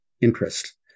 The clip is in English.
interest